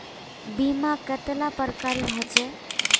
बीमा कतेला प्रकारेर होचे?